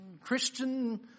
Christian